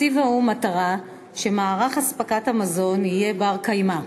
הציב האו"ם מטרה שמערך אספקת המזון יהיה בר-קיימא,